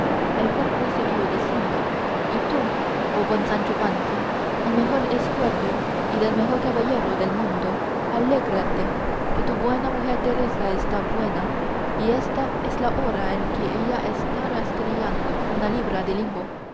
el cual prosiguió diciendo y tú oh buen sancho panza el mejor escudero y del mejor caballero del mundo alégrate que tu buena mujer teresa está buena y ésta es la hora en que ella está rastrillando una libra de lino